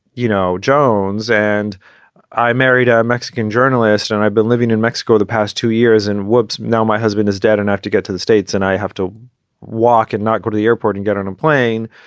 you know, jones and i married a mexican journalist. and i've been living in mexico the past two years. and worboys now my husband is dead enough to get to the states and i have to walk and not go to the airport and get on a plane.